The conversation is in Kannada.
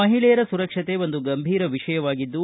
ಮಹಿಳೆಯರ ಸುರಕ್ಷತೆ ಒಂದು ಗಂಭೀರ ವಿಷಯವಾಗಿದ್ದು